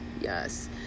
yes